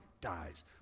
dies